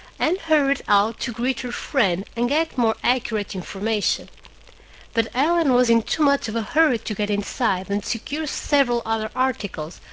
and hurried out to greet her friend and get more accurate information but ellen was in too much of a hurry to get inside and secure several other articles,